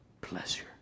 pleasure